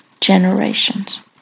generations